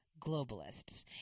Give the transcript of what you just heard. globalists